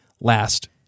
last